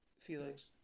Felix